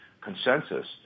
consensus